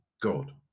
God